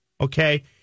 okay